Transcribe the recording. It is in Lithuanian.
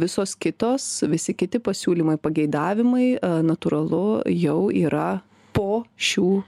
visos kitos visi kiti pasiūlymai pageidavimai natūralu jau yra po šių